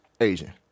Asian